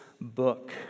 book